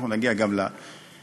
נגיע גם לזג,